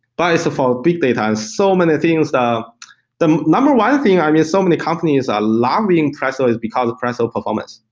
but it's default big data and so many things. the the number one thing i mean, so many companies are loving presto is because of presto performance.